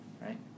right